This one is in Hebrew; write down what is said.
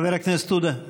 חבר הכנסת עודה,